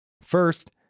First